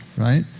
right